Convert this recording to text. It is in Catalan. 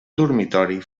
dormitori